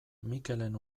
mikelen